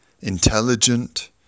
intelligent